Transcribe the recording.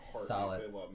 solid